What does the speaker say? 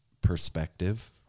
perspective